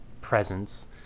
presence